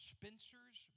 Spencer's